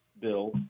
bill